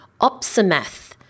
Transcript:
Opsimath